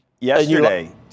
yesterday